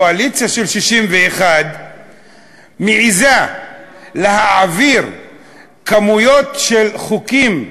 קואליציה של 61 מעזה להעביר כמויות של חוקים,